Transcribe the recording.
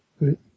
right